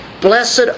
Blessed